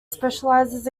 specializes